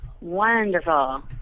Wonderful